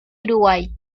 uruguay